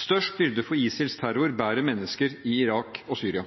Størst byrde for ISILs terror bærer mennesker i Irak og Syria.